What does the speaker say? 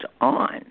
on